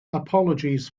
apologies